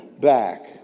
back